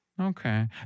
Okay